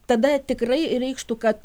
tada tikrai reikštų kad